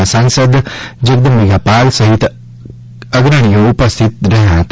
ના સાંસદ જગદંબિકા પાલ સહિત અગ્રણીઓ ઉપસ્થિત રહ્યા હતા